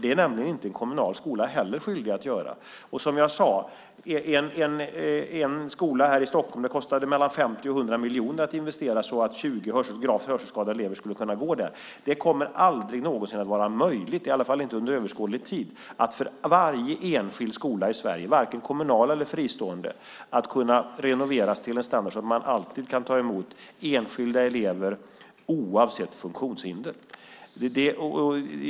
Det är nämligen inte heller en kommunal skola skyldig att göra. Som jag sade kostade det mellan 50 och 100 miljoner att investera så att 20 gravt hörselskadade elever skulle kunna gå där. Det kommer aldrig någonsin - i alla fall inte under överskådlig tid - att vara möjligt för varje enskild skola i Sverige, oavsett om den är kommunal eller fristående, att renovera till en standard att man alltid kan ta emot enskilda elever oavsett funktionshinder.